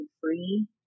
free